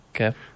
Okay